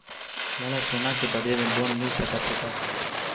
मोला सोना के बदले लोन मिल सकथे का?